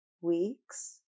weeks